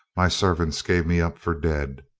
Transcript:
my servants gave me up for dead.